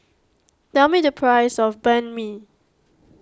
tell me the price of Banh Mi